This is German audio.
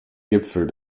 gipfel